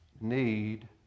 need